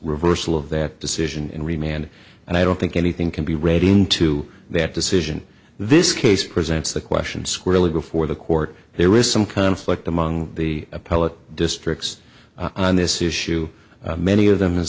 reversal of that decision and remained and i don't think anything can be read into that decision this case presents the question squarely before the court there is some conflict among the appellate districts on this issue many of them and